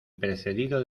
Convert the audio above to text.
precedido